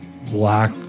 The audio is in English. black